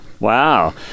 Wow